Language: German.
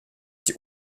die